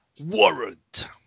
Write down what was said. Warrant